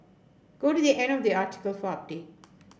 go to the end of the article for update